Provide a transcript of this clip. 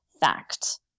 fact